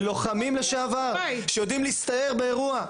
ללוחמים לשעבר שיודעים להסתער באירוע,